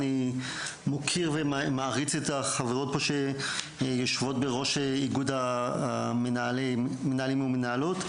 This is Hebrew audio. אני מוקיר ומעריץ את החברות פה שיושבות בראש איגוד המנהלים ומנהלות.